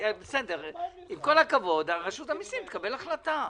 עם כל הכבוד, רשות המיסים תקבל החלטה,